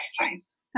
exercise